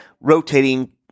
rotating